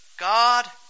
God